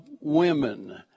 women